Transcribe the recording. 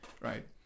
right